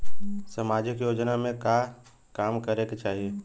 सामाजिक योजना में का काम करे के चाही?